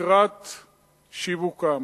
לקראת שיווקן,